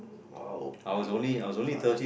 !wow! ninety five